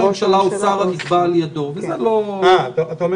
אתה יודע